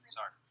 Sorry